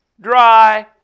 dry